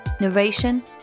Narration